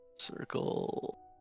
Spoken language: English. circle